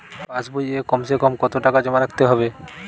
পাশ বইয়ে কমসেকম কত টাকা জমা রাখতে হবে?